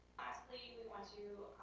lastly, we want to